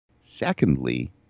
Secondly